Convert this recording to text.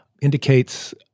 indicates